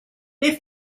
they